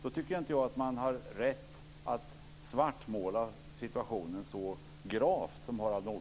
Då tycker jag inte att man har rätt att svartmåla situationen så gravt som Harald Nordlund gör.